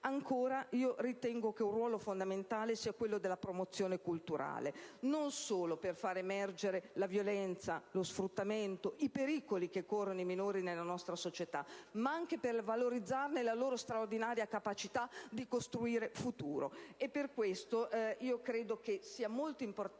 Paese. Credo che un ruolo fondamentale sia inoltre quello della promozione culturale, non solo per far emergere la violenza, lo sfruttamento e i pericoli che corrono i minori nella nostra società, ma anche per valorizzare la loro straordinaria capacità di costruire futuro. Per questa ragione penso che sia molto importante